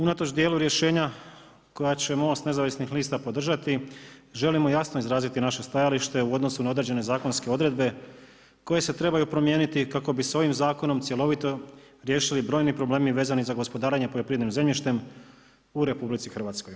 Unatoč dijelu rješenja koja će Most nezavisnih lista podržati, želimo jasno izraziti naše stajalište u odnosu na određene zakonske odredbe koje se trebaju promijeniti kako bi se ovim zakonom cjelovito riješili brojni problemi vezani za gospodarenje poljoprivrednim zemljištem u RH.